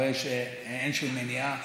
הרי שאין שום מניעה